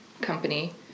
company